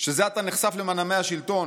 שזה עתה נחשף למנעמי השלטון,